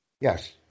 Yes